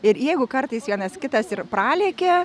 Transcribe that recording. ir jeigu kartais vienas kitas ir pralekia